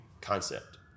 concept